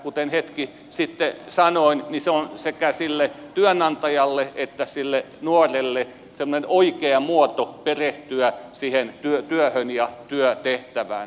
kuten hetki sitten sanoin se on sekä työnantajalle että nuorelle semmoinen oikea muoto perehtyä siihen työhön ja työtehtävään